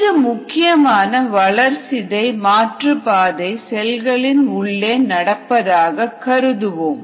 இது முக்கியமான வளர்ச்சிதை மாற்றுப்பாதை செல்களின் உள்ளே நடப்பதாக கருதுவோம்